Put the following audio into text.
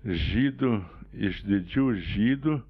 žydų iš didžių žydų